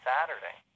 Saturday